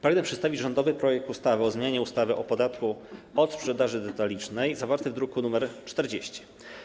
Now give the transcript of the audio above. Pragnę przedstawić rządowy projekt ustawy o zmianie ustawy o podatku od sprzedaży detalicznej, zawarty w druku nr 40.